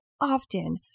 often